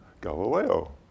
Galileo